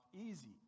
easy